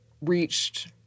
reached